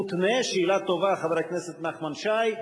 נחמן שי,